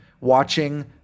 watching